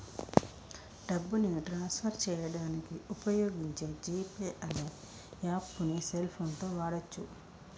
డబ్బుని transfer చేయడానికి వుపయోగించే జీ పే అనే యాప్పుని సెల్ ఫోన్ తో వాడచ్చు